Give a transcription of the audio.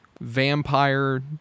vampire